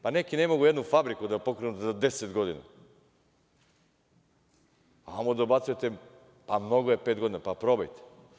Pa, neki ne mogu nijednu fabriku da pokrenu za deset godina, a ovamo dobacujete pa mnogo je pet godina, pa probajte.